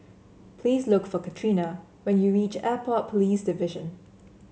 please look for Katrina when you reach Airport Police Division